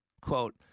Quote